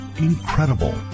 incredible